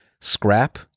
scrap